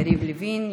יריב לוין,